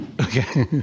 Okay